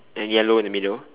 and yellow in the middle